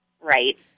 Right